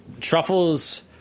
Truffles